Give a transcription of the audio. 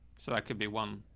so that could be one.